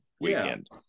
weekend